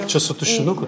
čia su tušinuku